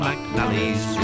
McNally's